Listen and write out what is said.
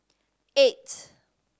eight